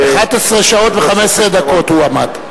11 שעות ו-15 דקות הוא עמד.